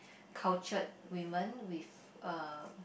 cultured woman with uh